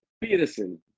Peterson